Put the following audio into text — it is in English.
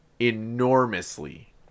enormously